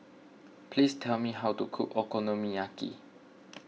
please tell me how to cook Okonomiyaki